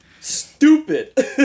Stupid